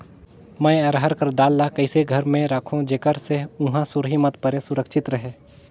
मैं अरहर कर दाल ला कइसे घर मे रखों जेकर से हुंआ सुरही मत परे सुरक्षित रहे?